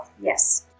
Yes